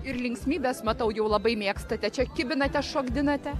ir linksmybes matau jau labai mėgstate čia kibiną tešokdinate